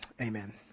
amen